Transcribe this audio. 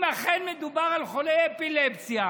אם אכן מדובר על חולי אפילפסיה,